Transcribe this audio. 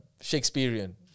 Shakespearean